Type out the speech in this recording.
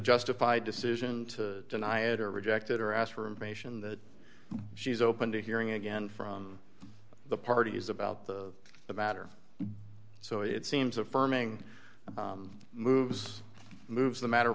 justified decision to deny it or reject it or ask for information that she's open to hearing again from the parties about the the matter so it seems affirming moves moves the matter